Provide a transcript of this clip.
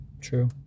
True